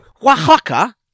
Oaxaca